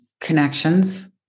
connections